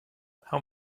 how